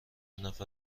نفر